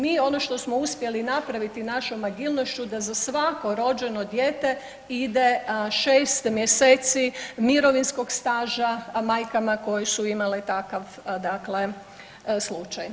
Mi ono što smo uspjeli napraviti našom agilnošću da za svako rođeno dijete ide 6 mjeseci mirovinskog staža, a majkama koje su imale takav dakle slučaj.